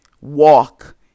walk